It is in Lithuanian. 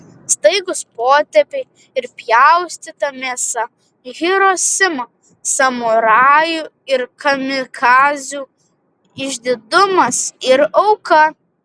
staigūs potėpiai ir pjaustyta mėsa hirosima samurajų ir kamikadzių išdidumas ir auka